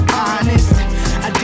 honest